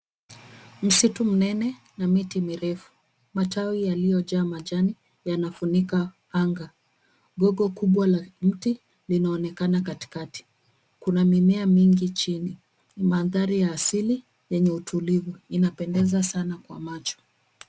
Msitu mnene na miti mirefu, matawi yaliojaa majani yanafunika anga, koko kubwa la miti inaonekana kati kati. Kuna mimea mingi jini, maandari ya asili enye utulivu inapendeza sana kwa macho.